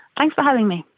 thanks for having me.